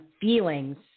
feelings